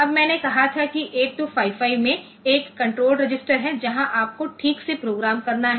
अब मैंने कहा था कि 8255 में एक कण्ट्रोल रजिस्टर है जहां आपको ठीक से प्रोग्राम करना है